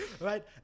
right